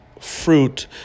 fruit